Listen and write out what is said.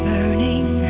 Burning